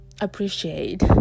appreciate